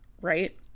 right